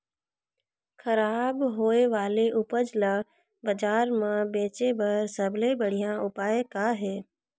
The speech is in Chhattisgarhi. खराब होए वाले उपज ल बाजार म बेचे बर सबले बढ़िया उपाय का हे?